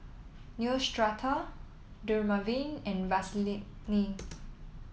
Neostrata Dermaveen and